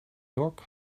york